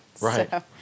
Right